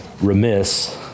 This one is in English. remiss